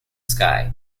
sky